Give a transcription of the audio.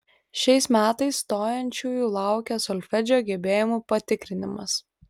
šiais metais stojančiųjų laukia solfedžio gebėjimų patikrinimas